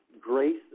grace